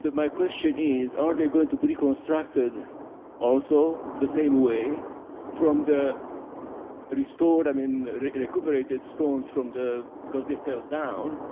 but my question is are they going to be reconstructed also the same way from the restore them in recuperated stones from the, because they fell down,